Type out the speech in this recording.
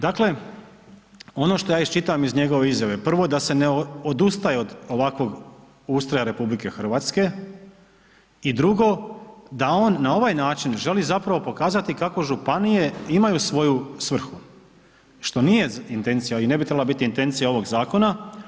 Dakle, ono što ja iščitavam iz njegove izjave, prvo da se ne odustaje od ovakvog ustroja RH i drugo da on na ovaj način želi zapravo pokazati kako županije imaju svoju svrhu, što nije intencija i ne bi trebala biti intencija ovog zakona.